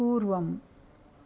पूर्वम्